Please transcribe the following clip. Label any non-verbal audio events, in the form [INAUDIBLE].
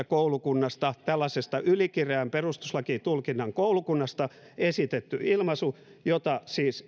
[UNINTELLIGIBLE] koulukunnasta tällaisesta ylikireän perustuslakitulkinnan koulukunnasta esitetty ilmaisu jota en siis